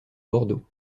bordeaux